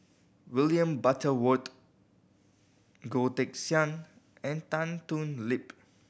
William Butterworth Goh Teck Sian and Tan Thoon Lip